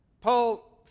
Paul